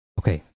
Okay